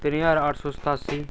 तिन्न ज्हार अट्ठ सौ सतासी